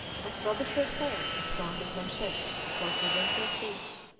as frobisher sailed his storm-beaten ship across the wintry seas.